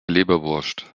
leberwurst